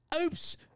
Oops